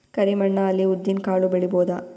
ಕರಿ ಮಣ್ಣ ಅಲ್ಲಿ ಉದ್ದಿನ್ ಕಾಳು ಬೆಳಿಬೋದ?